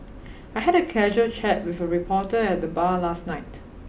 I had a casual chat with a reporter at the bar last night